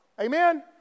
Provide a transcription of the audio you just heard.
Amen